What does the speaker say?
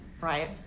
right